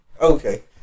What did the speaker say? Okay